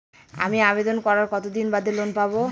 আমি আবেদন করার কতদিন বাদে লোন পাব?